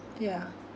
yeah